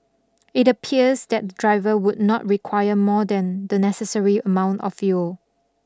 it appears that the driver would not require more than the necessary amount of fuel